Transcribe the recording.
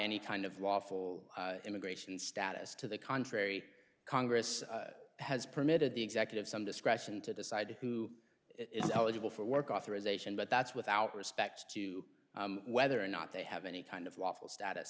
any kind of lawful immigration status to the contrary congress has permitted the executive some discretion to decide who is eligible for work authorization but that's without respect to whether or not they have any kind of lawful status